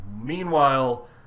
meanwhile